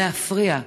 להפריע לנשים,